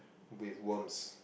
with warms